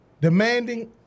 demanding